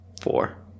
Four